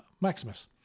Maximus